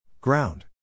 ground